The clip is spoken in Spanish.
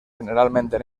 generalmente